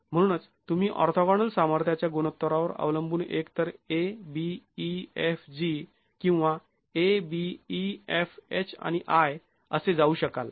म्हणूनच तुम्ही ऑर्थोगोनल सामर्थ्याच्या गुणोत्तरावर अवलंबून एक तर a b e f g किंवा a b e f h आणि i असे जाऊ शकाल